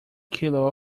kilo